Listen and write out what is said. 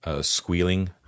squealing